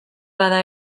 bada